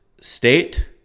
state